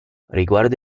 riguardo